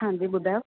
हांजी ॿुधायो